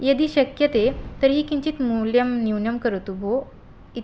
यदि शक्यते तर्हि किञ्चित् मूल्यं न्यूनं करोतु भोः इत्